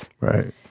Right